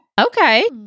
Okay